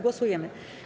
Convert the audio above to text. Głosujemy.